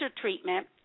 treatment